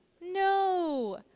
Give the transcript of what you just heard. no